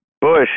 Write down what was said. Bush